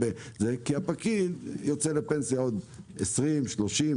כי הפקיד יוצא לפנסיה עוד 20,30,